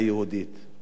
בשביל לתקוע,